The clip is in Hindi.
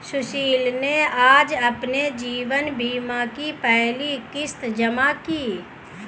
सुशील ने आज अपने जीवन बीमा की पहली किश्त जमा की